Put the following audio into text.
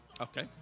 Okay